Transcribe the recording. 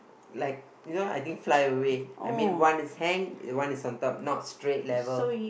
like you know I think fly away I mean one is hang one is on top not straight level